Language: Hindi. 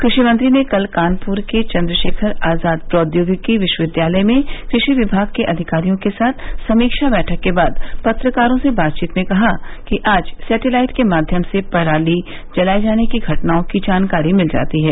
कृषि मंत्री ने कल कानपुर के चन्द्रशेखर आजाद प्रौद्योगिकी विश्वविद्यालय में कृषि विभाग के अधिकारियों के साथ समीक्षा बैठक के बाद पत्रकारों से बातचीत में कहा कि आज सैटेलाइट के माध्यम से पराली जलाए जाने की घटनाओं की जानकारी मिल जाती है